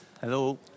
Hello